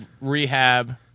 rehab